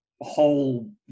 whole